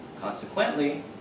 Consequently